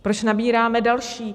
Proč nabíráme další?